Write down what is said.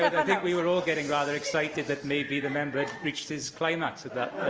i think we were all getting rather excited that maybe the member had reached his climax at that